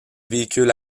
véhicules